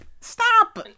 stop